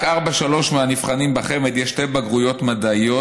רק ל-4.3% מהנבחנים בחמ"ד יש שתי בגרויות מדעיות,